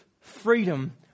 freedom